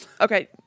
Okay